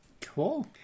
Cool